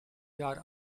jaar